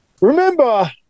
remember